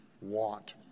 want